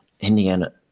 Indiana